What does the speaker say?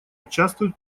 участвует